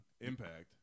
Impact